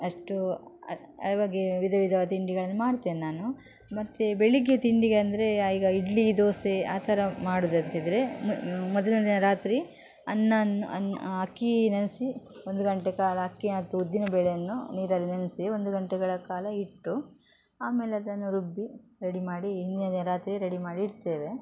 ಅಷ್ಟು ಅವಗೇ ವಿಧ ವಿಧ ತಿಂಡಿಗಳನ್ನು ಮಾಡ್ತೇನೆ ನಾನು ಮತ್ತು ಬೆಳಗ್ಗೆ ತಿಂಡಿಗಂದರೆ ಈಗ ಇಡ್ಲಿ ದೋಸೆ ಆ ಥರ ಮಾಡುದಂತಿದ್ದರೆ ಮೊದಲನೇ ರಾತ್ರಿ ಅನ್ನನ ಅನ್ ಅಕ್ಕಿ ನೆನೆಸಿ ಒಂದು ಗಂಟೆ ಕಾಲ ಅಕ್ಕಿ ಮತ್ತು ಉದ್ದಿನಬೇಳೆಯನ್ನು ನೀರಲ್ಲಿ ನೆನೆಸಿ ಒಂದು ಗಂಟೆಗಳ ಕಾಲ ಇಟ್ಟು ಆಮೇಲೆ ಅದನ್ನು ರುಬ್ಬಿ ರೆಡಿ ಮಾಡಿ ಹಿಂದಿನ ರಾತ್ರಿ ರೆಡಿ ಮಾಡಿಡ್ತೇವೆ